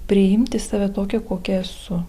priimti save tokią kokia esu